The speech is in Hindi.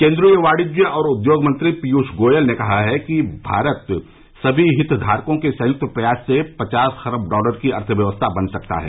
केन्द्रीय वाणिज्य और उद्योग मंत्री पीयूष गोयल ने कहा है कि भारत सभी हितधारकों के संयुक्त प्रयास से पचास खरब डॉलर की अर्थव्यवस्था बन सकता है